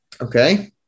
Okay